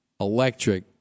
electric